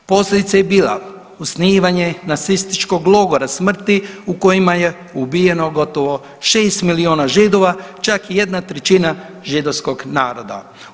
Posljedica je bila osnivanje nacističkog logora smrti u kojima je ubijeno gotovo 6 miliona Židova čak i 1/3 židovskog naroda.